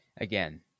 again